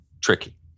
tricky